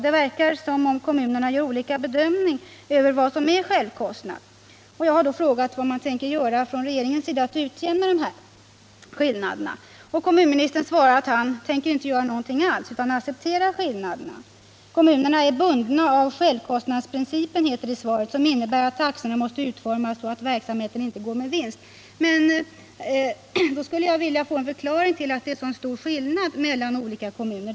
Det verkar som om kommunerna gör olika bedömningar av vad som är självkostnad. Jag har då frågat vad regeringen kommer att göra för att utjämna dessa skillnader. Kommunministern svarar att han inte tänker göra någonting alls utan accepterar skillnaderna. Det heter i svaret att kommunerna är bundna av självkostnadsprincipen, som innebär att taxorna måste utformas så att verksamheten inte går med vinst. Men då skulle jag vilja få en förklaring till att det är så stor skillnad mellan olika kommuner.